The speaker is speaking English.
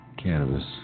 Cannabis